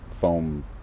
foam